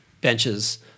benches